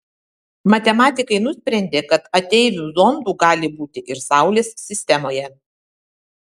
matematikai nusprendė kad ateivių zondų gali būti ir saulės sistemoje